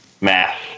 Math